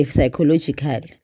Psychological